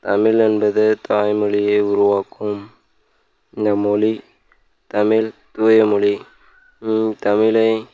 தமிழ் என்பது தாய்மொழியை உருவாக்கும் இந்த மொழி தமிழ் தூயமொழி தமிழை